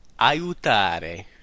aiutare